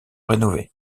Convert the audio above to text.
rénové